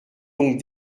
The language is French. donc